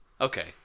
Okay